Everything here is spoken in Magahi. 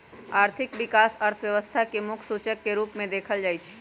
आर्थिक विकास अर्थव्यवस्था के मुख्य सूचक के रूप में देखल जाइ छइ